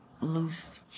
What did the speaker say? loose